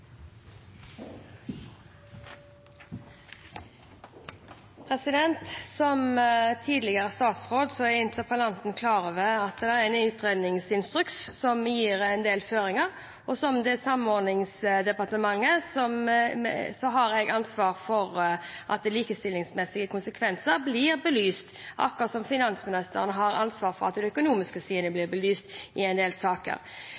er interpellanten klar over at det er en ny utredningsinstruks som gir en del føringer, og da har jeg ansvar for at likestillingsmessige konsekvenser blir belyst, akkurat som finansministeren har ansvar for at de økonomiske sidene blir belyst i en del saker.